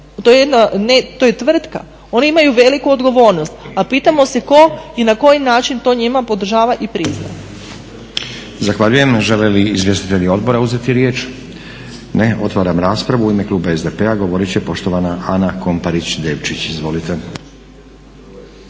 to je tvrtka, oni imaju veliku odgovornost. A pitamo se tko i na koji način to njima podržava i prizna.